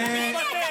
מי שחרר את מנהל שיפא?